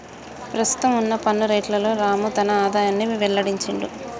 ప్రస్తుతం వున్న పన్ను రేట్లలోనే రాము తన ఆదాయాన్ని వెల్లడించిండు